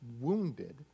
wounded